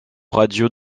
radios